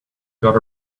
got